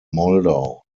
moldau